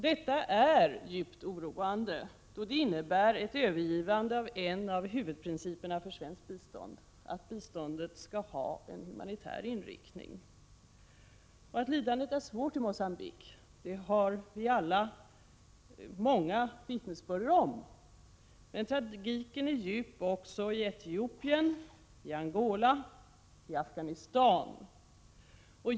Detta är djupt oroande, då det innebär ett övergivande av en av huvudprinciperna för svenskt bistånd, nämligen att biståndet skall ha en humanitär inriktning. Att lidandet i Mogambique är stort har vi alla många vittnesbörd om. Men tragiken är djup också i Etiopien, Angola och Afghanistan.